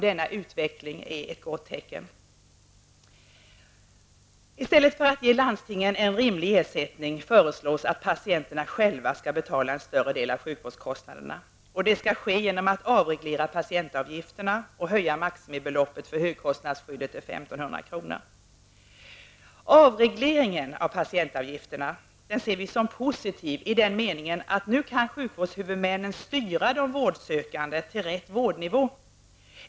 Denna utveckling är ett gott tecken. I stället för att ge landstingen en rimlig ersättning föreslås att patienterna själva skall betala en större del av sjukvårdskostnaderna. Detta skall ske genom att avreglera patientavgifterna och höja maximibeloppet för högkostnadsskyddet till 1 500 kr. Avregleringen av patientavgifterna kan vara positiv i den meningen att sjukvårdshuvudmännen nu kan styra de vårdsökande till rätt vårdnivå.